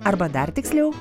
arba dar tiksliau